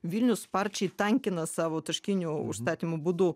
vilnius sparčiai tankina savo taškinių užstatymų būdu